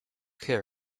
care